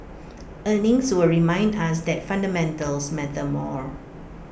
earnings will remind us that fundamentals matter more